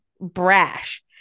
brash